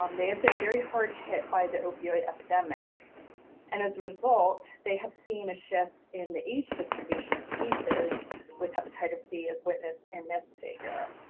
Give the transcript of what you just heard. um they have been very hard hit by the opioid epidemic and as a result they have seen a shift in age distribution of cases with hepatitis c, as witnessed in this figure.